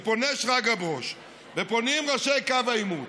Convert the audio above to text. ופונה שרגא ברוש, ופונים ראשי קו העימות,